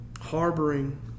harboring